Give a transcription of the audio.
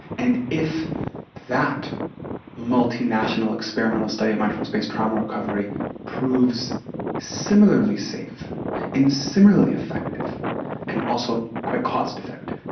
and if that multi-national experimental study of mindfulness based trauma recovery proves similarly safe and similarly effective and also quite cost-effective,